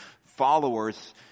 followers